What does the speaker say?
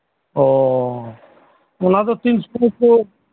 ᱚ ᱚᱱᱟ ᱫᱚ ᱛᱤᱥ ᱠᱚᱨᱮ ᱪᱚ